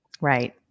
Right